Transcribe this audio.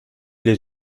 les